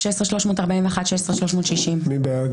16,121 עד 16,140. מי בעד?